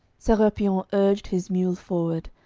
serapion urged his mule forward,